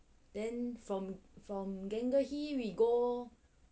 then from from gangehi we go